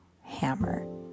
hammer